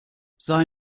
sei